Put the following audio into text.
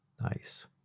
Nice